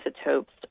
isotopes